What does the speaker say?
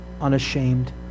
Unashamed